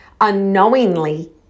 unknowingly